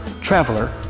traveler